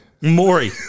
Maury